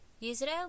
Israel